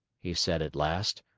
he said at last.